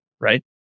right